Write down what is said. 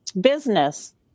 business